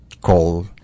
call